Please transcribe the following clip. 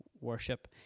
worship